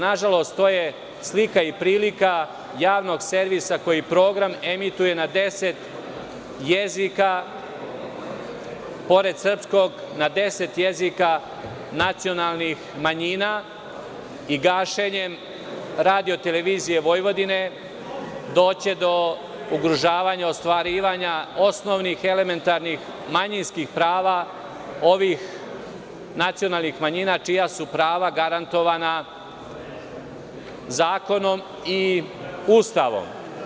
Nažalost, to je slika i prilika javnog servisa koji program emituje na deset jezika, pored srpskog na deset jezika nacionalnih manjina i gašenjem RTV doći će do ugrožavanja ostvarivanja osnovnih elementarnih manjinskih prava ovih nacionalnih manjina čija su prava garantovana zakonom i Ustavom.